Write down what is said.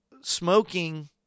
smoking